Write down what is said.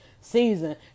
season